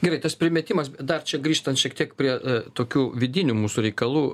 gerai tas primetimas dar čia grįžtant šiek tiek prie tokių vidinių mūsų reikalų